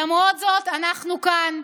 למרות זאת אנחנו כאן.